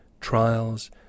trials